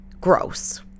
gross